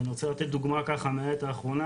ואני רוצה לתת דוגמא ככה מהעת האחרונה,